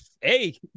Hey